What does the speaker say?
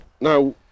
now